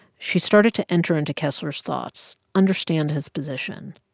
she started to enter into kessler's thoughts, understand his position.